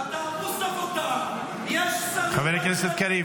אתה עמוס עבודה, יש שרים בטלנים בממשלה,